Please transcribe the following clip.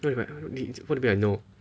what what do you mean by no